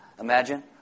Imagine